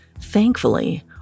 Thankfully